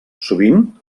sovint